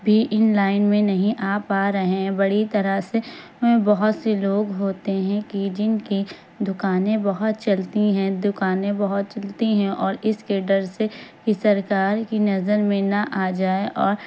بھی online میں نہیں آ پا رہے ہیں بڑی طرح سے بہت سے لوگ ہوتے ہیں کی جن کی دکانیں بہت چلتی ہیں دکانیں بہت چلتی ہیں اور اس کے ڈر سے کہ سرکار کی نظر میں نہ آ جائے اور